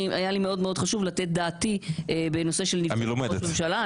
לי מאוד מאוד חשוב לתת דעתי בנושא של נבצרות ראש הממשלה.